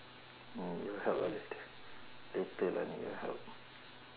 oh you help ah later later I need your help